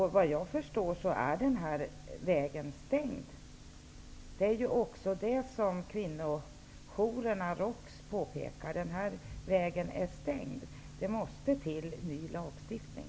Såvitt jag förstår är denna väg stängd. Det är också vad kvinnojourerna påpekar. Det måste till ny lagstiftning.